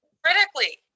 critically